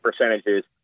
percentages